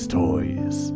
toys